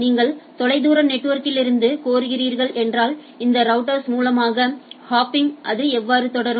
நீங்கள் தொலைதூர நெட்வொர்க்கிலிருந்து கோருகிறீர்கள் என்றால் இந்த ரௌட்டர்ஸ் மூலமாக ஹோப்பிங் அது எவ்வாறு தொடரும்